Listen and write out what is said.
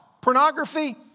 Pornography